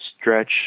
stretch